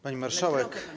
Pani Marszałek!